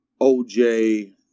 OJ